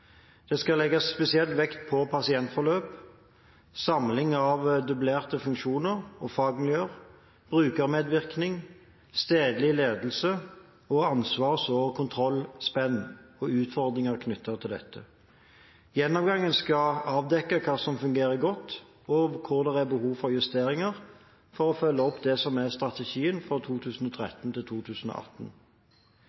Det skal legges spesiell vekt på pasientforløp, samling av dublerte funksjoner og fagmiljøer, brukermedvirkning, stedlig ledelse og ansvars- og kontrollspenn og utfordringer knyttet til dette. Gjennomgangen skal avdekke hva som fungerer godt, og hvor det er behov for justeringer, for å følge opp det som er strategien for